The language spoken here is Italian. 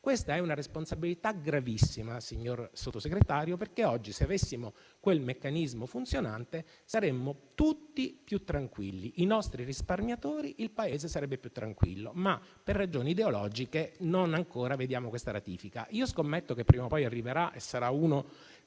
tratta di una responsabilità gravissima, signor Sottosegretario, perché, se oggi avessimo quel meccanismo funzionante, saremmo tutti più tranquilli, i nostri risparmiatori e il Paese sarebbero più tranquilli, ma per ragioni ideologiche non vediamo ancora questa ratifica. Scommetto che prima o poi arriverà e sarà una